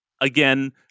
Again